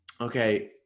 Okay